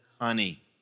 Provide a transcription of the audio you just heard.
honey